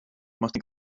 macht